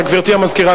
גברתי המזכירה,